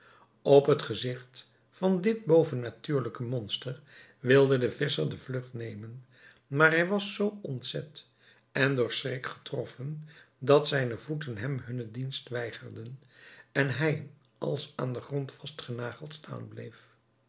op het gezigt van dit bovennatuurlijke monster wilde de visscher de vlugt nemen maar hij was zoo ontzet en door schrik getroffen dat zijne voeten hem hunne dienst weigerden en hij als aan den grond vastgenageld staan bleef